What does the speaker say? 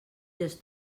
les